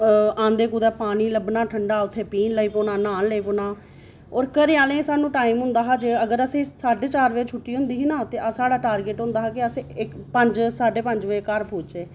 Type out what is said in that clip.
आंदे कुतै पानी लब्भना ठण्डा उत्थै पीन लगी पौना न्हान लगी पौना ओर घरें आह्लें गी सानू टाईम होंदा हा अगर साढ़े चार छुट्टी होंदी ही ना ते साढ़ा टार्गैट होंदा हा केह् असें पंज साढ़े पंज बजे घर पुजचै